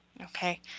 Okay